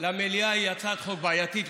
למליאה היא הצעת חוק בעייתית,